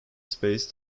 space